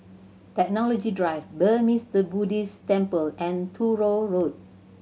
Technology Drive Burmese Buddhist Temple and Truro Road